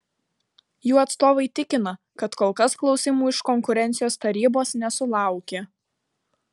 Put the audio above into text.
jų atstovai tikina kad kol kas klausimų iš konkurencijos tarybos nesulaukė